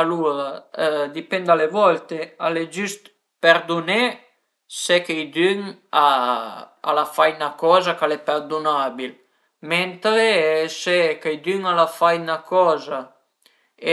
Alura a dipen da le volte, al e giüst perduné se cheidün a al a fait 'na coza ch'al e perdunabil, mentre se cheidün al a fait 'na coza e